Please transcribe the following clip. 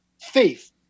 Faith